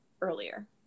earlier